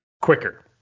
quicker